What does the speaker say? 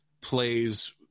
plays